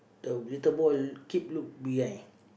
the little boy keep look behind